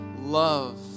love